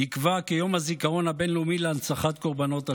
נקבע כיום הזיכרון הבין-לאומי להנצחת קורבנות השואה.